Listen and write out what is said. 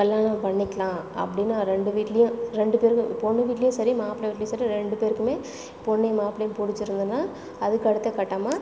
கல்யாணம் பண்ணிக்கலாம் அப்படின்னு ரெண்டு வீட்லையும் ரெண்டு பேருக்கும் பொண்ணு வீட்லையும் சரி மாப்பிள வீட்லையும் சரி ரெண்டு பேருக்குமே பொண்ணையும் மாப்பிளையும் பிடிச்சியிருந்துதுன்னா அதுக்கு அடுத்த கட்டமாக